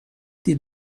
حدی